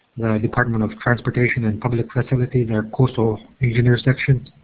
department of transportation and public facilities and coastal section.